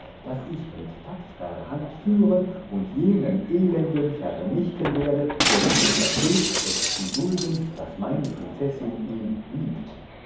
das ich mit tapfrer hand führen und jenen elenden vernichten werde der sich untersteht es zu dulden daß meine prinzessin ihn liebt